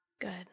Good